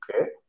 okay